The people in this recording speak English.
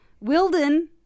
Wilden